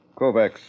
Kovacs